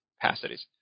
capacities